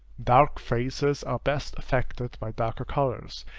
dark faces are best affected by darker colors,